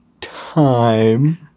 time